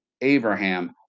Abraham